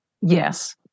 Yes